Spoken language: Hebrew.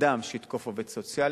אדם שיתקוף עובד סוציאלי,